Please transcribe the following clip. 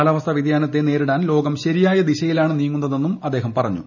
കാലാവസ്ഥാ വ്യതിയാനത്തെ നേരിടാൻ ലോകം ശ്രിയിൽ ദിശയിലാണ് നീങ്ങുന്നതെന്നും അദ്ദേഹം പറഞ്ഞു